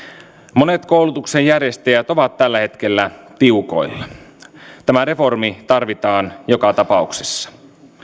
monet koulutuksen järjestäjät ovat tällä hetkellä tiukoilla tämä reformi tarvitaan joka tapauksessa